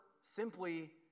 simply